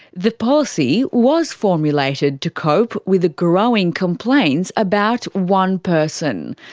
the policy was formulated to cope with the growing complaints about one person.